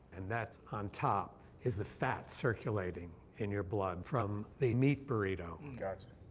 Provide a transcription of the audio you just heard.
and that on top is the fat circulating in your blood from the meat burrito. and gotcha.